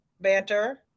banter